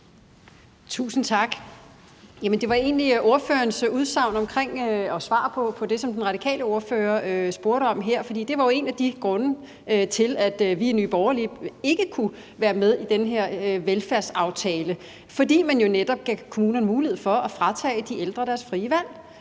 grund af ordførerens svar på det, som den radikale spørger spurgte om her. For det var jo en af grundene til, at vi i Nye Borgerlige ikke kunne være med i den her velfærdsaftale. Det var, fordi man jo netop gav kommunerne mulighed for at fratage de ældre deres frie valg.